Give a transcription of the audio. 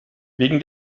wegen